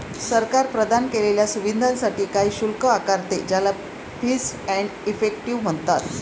सरकार प्रदान केलेल्या सुविधांसाठी काही शुल्क आकारते, ज्याला फीस एंड इफेक्टिव म्हणतात